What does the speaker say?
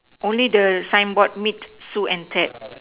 only the signboard need sew and tap